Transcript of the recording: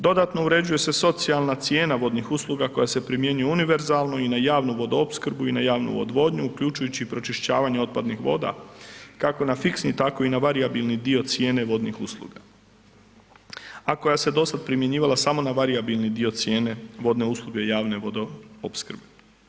Dodatno uređuje se socijalna cijena vodnih usluga koja se primjenjuje univerzalno i na javnu vodoopskrbu i na javnu odvodnju uključujući i pročišćivanje otpadnih voda kako na fiksni tako i na varijabilni dio cijene vodnih usluga a koja se dosad primjenjivala samo na varijabilni dio cijene vodne usluge i javne vodoopskrbe.